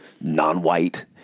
non-white